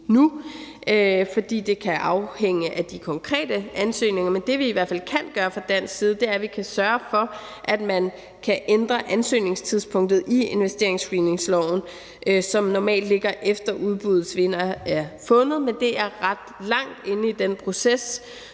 endnu, fordi det kan afhænge af de konkrete ansøgninger, men det, vi i hvert fald kan gøre fra dansk side, er, at vi kan sørge for, at man kan ændre ansøgningstidspunktet i investeringsscreeningsloven, som normalt ligger, efter at udbudsvinderne er fundet, men det er ret langt inde i den proces,